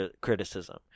criticism